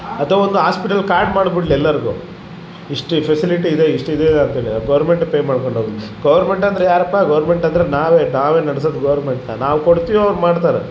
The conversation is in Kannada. ಅಥವ್ ಒಂದು ಆಸ್ಪಿಟಲ್ ಕಾರ್ಡ್ ಮಾಡಿಬಿಡ್ಲಿ ಎಲ್ಲಾರಿಗು ಇಷ್ಟು ಫೆಸಲಿಟಿ ಇದೆ ಇಷ್ಟು ಇದೆ ಅಂತೇಳಿ ಗೋರ್ಮೆಂಟ್ ಪೇ ಮಾಡ್ಕೊಂಡು ಹೋಗ್ಲಿ ಗೋರ್ಮೆಂಟ್ ಅಂದರೆ ಯಾರಪ್ಪಾ ಗೋರ್ಮೆಂಟ್ ಅಂದರೆ ನಾವೇ ನಾವೇ ನಡೆಸೋದು ಗೋರ್ಮೆಂಟ್ನ ನಾವು ಕೊಡ್ತೀವಿ ಅವ್ರು ಮಾಡ್ತಾರೆ